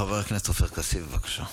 חבר הכנסת עופר כסיף, בבקשה.